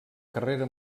carrera